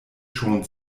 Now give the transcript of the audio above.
schon